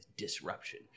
Disruption